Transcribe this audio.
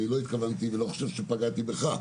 אני לא התכוונתי ולא חושב שפגעתי בך.